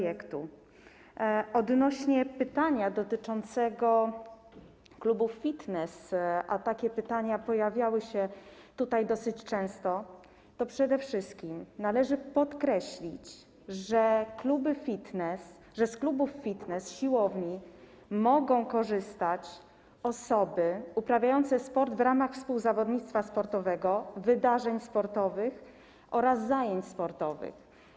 Jeśli chodzi o pytania dotyczące klubów fitness - takie pytania pojawiały się tutaj dosyć często - to przede wszystkim należy podkreślić, że z klubów fitness i siłowni mogą korzystać osoby uprawiające sport w ramach współzawodnictwa sportowego, wydarzeń sportowych oraz zajęć sportowych.